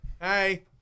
Hey